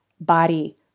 body